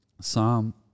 Psalm